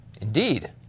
Indeed